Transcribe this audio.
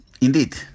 Indeed